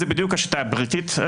זו בדיוק השיטה הבריטית.